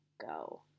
go